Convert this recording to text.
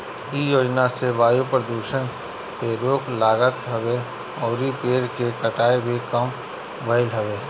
इ योजना से वायु प्रदुषण पे रोक लागत हवे अउरी पेड़ के कटाई भी कम भइल हवे